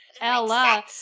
Ella